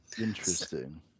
Interesting